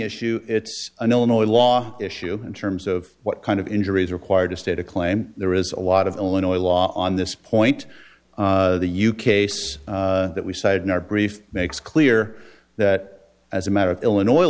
issue it's an illinois law issue in terms of what kind of injuries are required to state a claim there is a lot of illinois law on this point the you case that we cited in our brief makes clear that as a matter of illinois